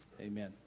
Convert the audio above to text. Amen